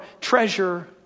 treasure